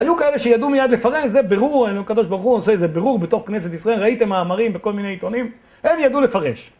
היו כאלה שידעו מיד לפרש, זה ברור, הלוא קדוש ברוך הוא עושה איזה ברור בתוך כנסת ישראל, ראיתם מאמרים בכל מיני עיתונים, הם ידעו לפרש.